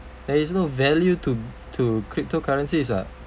there is no value to to cryptocurrencies [what]